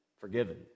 forgiven